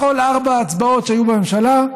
בכל ארבע ההצבעות שהיו בממשלה,